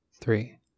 three